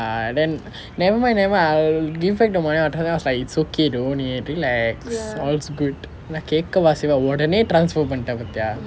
ah then never mind never mind I'll give back the money then I was like it's okay don't need relax all's good நான் கேட்கவா செய்வா உடனே:naan kaetkavaa seivaa udane transfer பண்ணிட்டேன் உன்கிட்டே:panniten unkittae